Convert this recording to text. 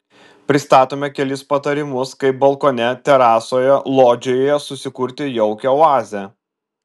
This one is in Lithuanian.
pristatome kelis patarimus kaip balkone terasoje lodžijoje susikurti jaukią oazę